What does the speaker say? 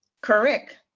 correct